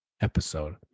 episode